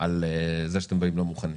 על זה שאתם באים לא מוכנים.